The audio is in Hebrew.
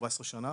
14 שנה.